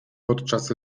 podczas